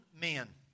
men